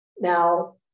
Now